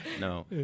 no